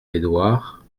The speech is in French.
edouard